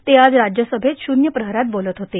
ते आज राज्यसभेत शूब्यप्रहरात बोलत होते